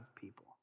people